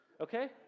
Okay